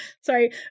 sorry